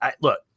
look